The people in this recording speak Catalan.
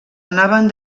anaven